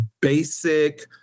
basic